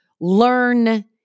learn